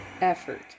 effort